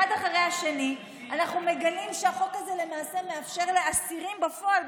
אחד אחרי השני אנחנו מגלים שהחוק הזה למעשה מאפשר לאסירים בפועל,